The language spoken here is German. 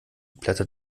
blätter